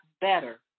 better